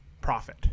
profit